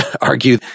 argue